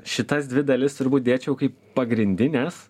šitas dvi dalis turbūt dėčiau kaip pagrindines